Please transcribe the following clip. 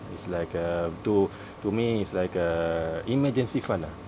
it's like uh to to me it's like a emergency fund ah